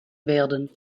werden